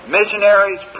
missionaries